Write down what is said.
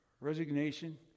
resignation